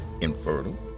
infertile